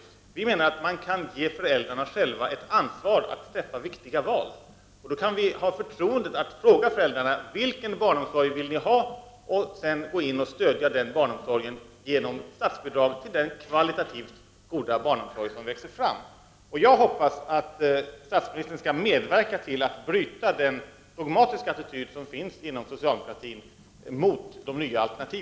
Vi folkpartister menar att man kan låta föräldrarna själva ha ansvaret att träffa viktiga val, ge dem förtroendet att välja den barnomsorg som de vill ha. Sedan kan man gå in och med statsbidrag stödja den kvalitativt goda barnomsorg som växer fram. Jag hoppas att statsministern skall medverka till att bryta den dogmatiska attityd mot de nya alternativen som finns inom socialdemokratin.